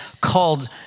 called